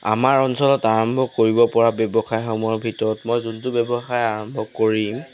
আমাৰ অঞ্চলত আৰম্ভ কৰিব পৰা ব্যৱসায়সমূহৰ ভিতৰত মই যোনটো ব্যৱসায় আৰম্ভ কৰিম